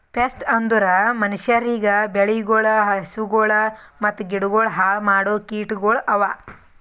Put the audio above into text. pest ಅಂದುರ್ ಮನುಷ್ಯರಿಗ್, ಬೆಳಿಗೊಳ್, ಹಸುಗೊಳ್ ಮತ್ತ ಗಿಡಗೊಳ್ ಹಾಳ್ ಮಾಡೋ ಕೀಟಗೊಳ್ ಅವಾ